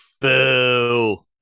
Boo